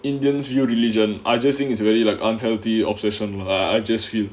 indians your religion I just think it's really like unhealthy obsession I just feel